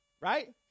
right